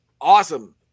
Awesome